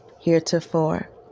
heretofore